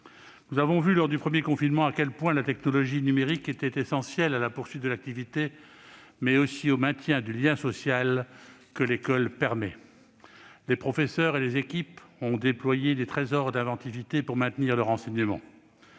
Nous avons mesuré lors du premier confinement à quel point la technologie numérique était essentielle à la poursuite de l'activité scolaire, mais aussi au maintien du lien social que l'école permet. Les professeurs et les équipes ont déployé des trésors d'inventivité pour maintenir leur enseignement.